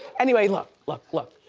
anyway look look look.